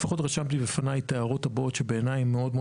רשמתי בפניי את ההערות הבאות שבעיני הן מאוד מאוד